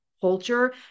culture